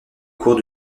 cours